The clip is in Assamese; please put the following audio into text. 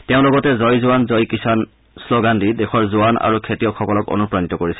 তেওঁ লগতে জয় জোৱান জয় কিষাণ শ্ৰোগান দি দেশৰ জোৱান আৰু খেতিয়কসকলক অনুপ্ৰাণিত কৰিছিল